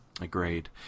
Agreed